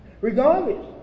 Regardless